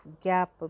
gap